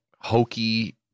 hokey